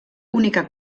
única